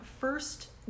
first